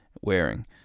wearing